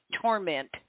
torment